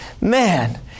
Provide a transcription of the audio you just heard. man